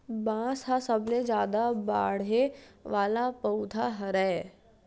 बांस ह सबले जादा बाड़हे वाला पउधा हरय